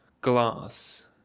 Glass